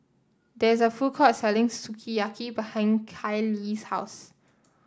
there is a food court selling Sukiyaki behind Kayley's house